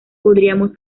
podríamos